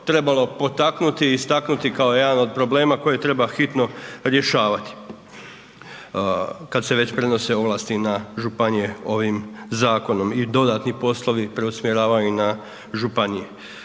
trebalo potaknuti i istaknuti kao jedan od problema koje treba hitno rješavati kad se već prenose ovlasti na županije ovim zakonom i dodatni poslovi preusmjeravaju na županije.